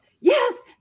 yes